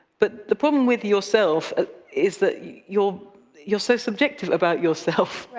but the problem with yourself is that you're you're so subjective about yourself. right.